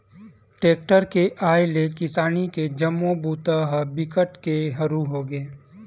tractor के आए ले किसानी के जम्मो बूता ह बिकट के हरू होगे